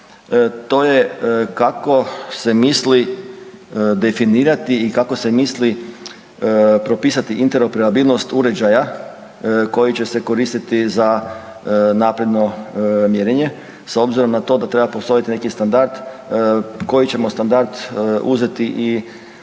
to je kako se misli definirati i kako se misli propisati interoperabilnost uređaja koji će se koristiti za napredno mjerenje s obzirom na to da treba postaviti neki standard, koji ćemo standard uzeti i